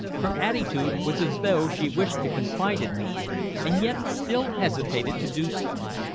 her attitude was as though she wished to confide in me and yet still hesitated to do so.